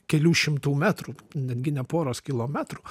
kelių šimtų metrų netgi ne poros kilometrų